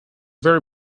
very